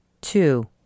Two